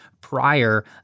prior